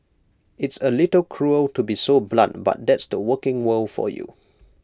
it's A little cruel to be so blunt but that's the working world for you